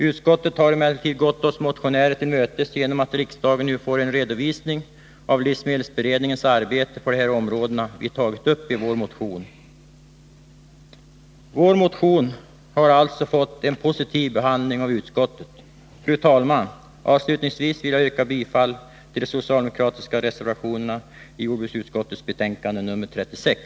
Utskottet har emellertid gått oss motionärer till mötes genom att riksdagen nu får en redovisning av livsmedelsberedningens arbete på de områden som vi tagit upp i vår motion. Vår motion har alltså fått en positiv behandling av utskottet. Fru talman! Avslutningsvis vill jag yrka bifall till den socialdemokratiska reservation som är fogad till jordbruksutskottets betänkande nr 36.